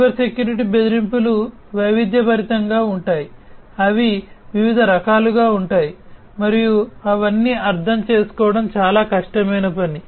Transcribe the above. cyber security బెదిరింపులు వైవిధ్యభరితంగా ఉంటాయి అవి వివిధ రకాలుగా ఉంటాయి మరియు అవన్నీ అర్థం చేసుకోవడం చాలా కష్టమైన పని